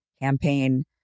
campaign